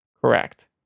Correct